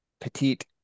Petite